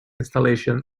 installation